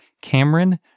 Cameron